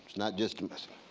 not just.